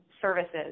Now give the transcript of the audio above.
services